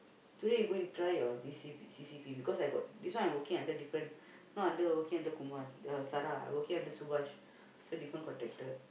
today you go and try your this C_P C_C_P because I got this one I working under different not under working under Kumar uh Sara I working under Subash so different contractor